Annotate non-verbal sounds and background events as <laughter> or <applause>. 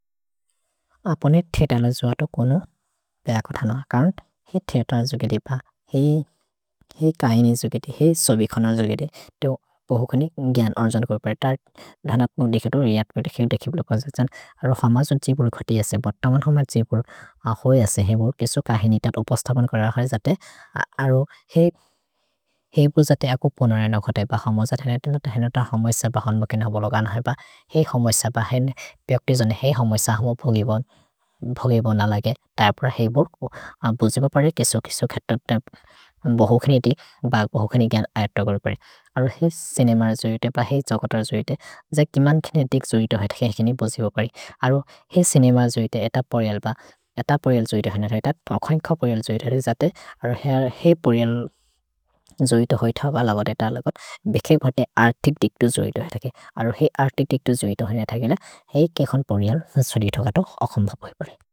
अपने थेअत्रलो जो अतो कोनो बेअ कोथनो अकौन्त्। हेइ थेअत्रलो जो गेदिब। हेइ कहिनि जो गेदिब। हेइ सोबि खनलो जो गेदिब। तो पहुकनि ग्यन् अर्जन् कोइ परे। तरि धनत्नु दिखे तो रेअच्त् पे देखिन् देखिब्लो कौजछन्। अरो हम जो छिबुल् घोति यसेब। तमन् हम छिबुल् होइ यसे हेबो। केसो कहिनि ततु उपस्थपन् कोर हर जते। अरो हेइ <hesitation> हेबु जते अको पोन रैन घोतैब। हम जते रैन जते। हैन् अत हम इस ब। हन्म केन बलोगन हैब। हेइ हम इस ब। हैन् प्यक्ति जने हेइ हम इस। हम भोगिबोन्। भ्होगिबोन् नलगे। त यप्र हेइ बोर्बो। भोजिब परे। केसो केसो खेतक् तप्। पहुकनि दिखे। भ पहुकनि ग्यन् अयतो गोरो परे। अरो हेइ सिनेम जोइते। प हेइ जकतर् जोइते। ज केमन् केने दिक् जोइते होइ तके। हेइ केने बोजिब परे। अरो हेइ सिनेम जोइते। एत परेल् ब। एत परेल् जोइते। हैन् अत तखन्ख परेल् जोइते। अरो जते। अरो हेइ परेल् <hesitation> जोइते होइ थ। अलगोद्। एत अलगोद्। भेखे बोते अर्तिक् दिक्तो जोइते होइ तके। अरो हेइ अर्तिक् दिक्तो जोइते होइ त तके न। हेइ केकोन् परेल् जोइते होइ त तो अकम्ब परे।